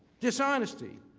dishonesty.